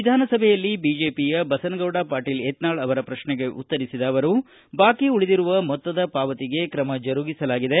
ವಿಧಾನಸಭೆಯಲ್ಲಿ ಬಿಜೆಪಿಯ ಬಸನಗೌಡ ಪಾಟೀಲ ಯತ್ನಾಳ ಅವರ ಪ್ರಶ್ನೆಗೆ ಉತ್ತರಿಸಿದ ಅವರು ಬಾಕಿ ಉಳಿದಿರುವ ಮೊತ್ತದ ಪಾವತಿಗೆ ಕ್ರಮ ಜರುಗಿಸಲಾಗಿದೆ